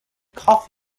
cough